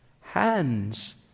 hands